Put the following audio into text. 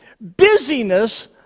Busyness